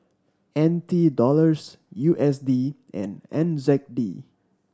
N T Dollars U S D and N Z D